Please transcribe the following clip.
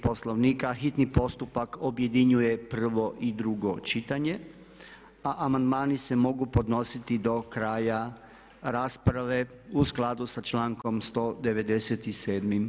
Poslovnika hitni postupak objedinjuje prvo i drugo čitanje, a amandmani se mogu podnositi do kraja rasprave u skladu sa člankom 197.